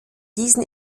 diesen